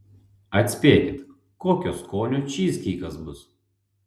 atspėkit kokio skonio čyzkeikas bus